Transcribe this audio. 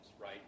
right